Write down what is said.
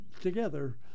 together